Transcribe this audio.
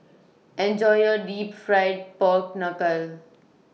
Enjoy your Deep Fried Pork Knuckle